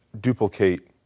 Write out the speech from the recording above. duplicate